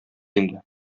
инде